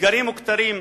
סגרים וכתרים,